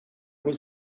was